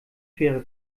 quere